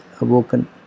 awoken